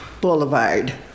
Boulevard